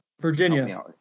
Virginia